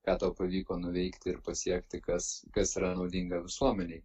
ką tau pavyko nuveikti ir pasiekti kas kas yra naudinga visuomenei